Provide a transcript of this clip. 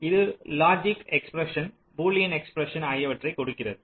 எனவே இது logic expression Boolean expression ஆகியவற்றைக் கொடுக்கிறது